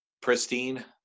pristine